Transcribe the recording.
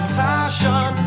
passion